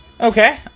Okay